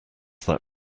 that